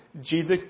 Jesus